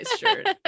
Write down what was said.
shirt